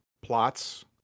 plots